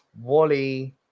Wally